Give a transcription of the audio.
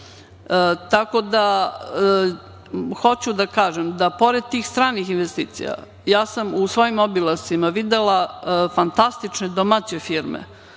da, hoću da kažem da pored tih stranih investicija ja sam u svojim obilascima videla fantastične domaće firme.